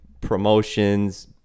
promotions